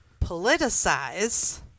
politicize